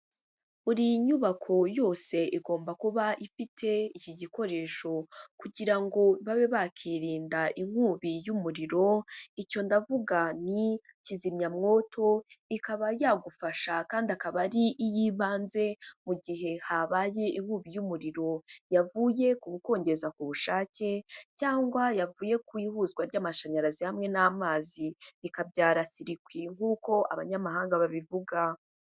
Buri nyubako yose igomba kuba ifite iki gikoresho kugira ngo babe bakirinda inkubi y'umuriro, icyo ndavuga ni kizimyamwoto, ikaba yagufasha kandi akaba ari iy'ibanze mu gihe habaye inkubi y'umuriro yavuye kugukongeza kubushake cyangwa yavuye ku ihuzwa ry'amashanyarazi hamwe n'amazi bikabyara sirikwi nk'uko abanyamahanga babivuga.